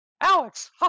alex